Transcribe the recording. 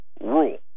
rule